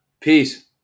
Peace